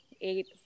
eight